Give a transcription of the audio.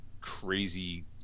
crazy